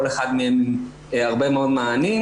כל אחד מהם הרבה מאוד מענים,